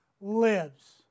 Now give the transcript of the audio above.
lives